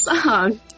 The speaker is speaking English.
song